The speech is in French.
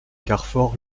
carfor